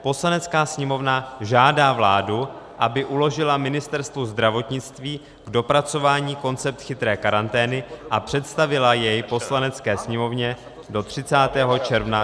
Poslanecká sněmovna žádá vládu, aby uložila Ministerstvu zdravotnictví k dopracování koncept chytré karantény a představila jej Poslanecké sněmovně do 30. června 2020.